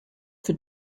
for